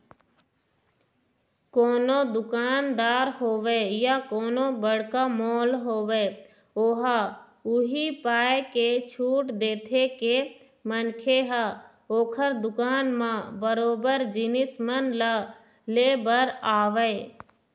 कोनो दुकानदार होवय या कोनो बड़का मॉल होवय ओहा उही पाय के छूट देथे के मनखे ह ओखर दुकान म बरोबर जिनिस मन ल ले बर आवय